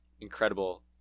incredible